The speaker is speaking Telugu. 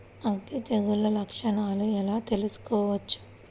అగ్గి తెగులు లక్షణాలను ఎలా తెలుసుకోవచ్చు?